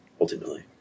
ultimately